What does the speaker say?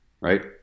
right